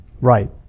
Right